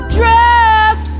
dress